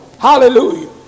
Hallelujah